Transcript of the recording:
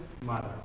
mother